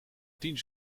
tien